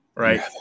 Right